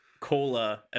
Cola